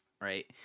right